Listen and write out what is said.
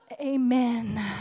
Amen